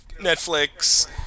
Netflix